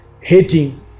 hating